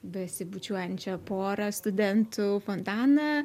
besibučiuojančią porą studentų fontaną